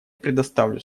предоставлю